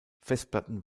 festplatten